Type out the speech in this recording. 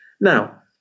Now